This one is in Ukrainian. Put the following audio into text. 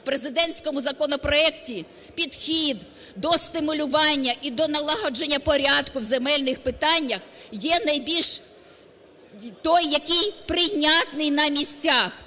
в президентському законопроекті, підхід до стимулювання і до налагодження порядку в земельних питаннях, є найбільш… той, який прийнятний на місцях.